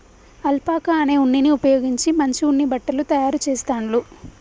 alpaca అనే ఉన్నిని ఉపయోగించి మంచి ఉన్ని బట్టలు తాయారు చెస్తాండ్లు